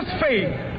faith